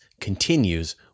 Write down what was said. continues